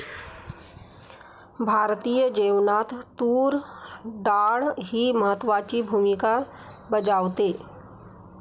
भारतीय जेवणात तूर डाळ ही महत्त्वाची भूमिका बजावते